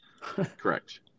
correct